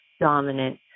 dominant